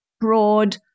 broad